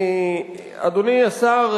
אדוני השר,